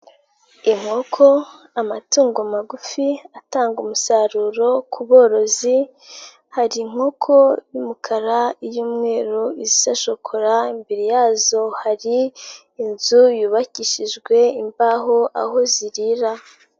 Inkoko amatungo magufi atanga umusaruro ku borozi, hari inkoko y'umukara iy'umweru ishokora, imbere yazo hari inzu yubakishijwe imbaho aho zirira.